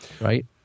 Right